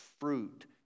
fruit